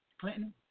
Clinton